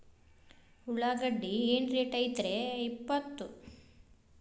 ಉಳ್ಳಾಗಡ್ಡಿ ಏನ್ ರೇಟ್ ಐತ್ರೇ ಇಪ್ಪತ್ತು?